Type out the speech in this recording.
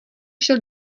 šel